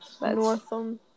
Northam